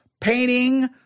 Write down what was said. painting